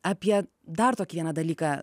apie dar tokį vieną dalyką